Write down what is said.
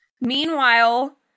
Meanwhile